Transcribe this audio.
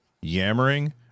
yammering